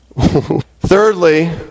Thirdly